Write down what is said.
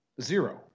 Zero